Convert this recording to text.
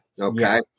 okay